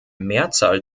mehrzahl